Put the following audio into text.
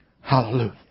Hallelujah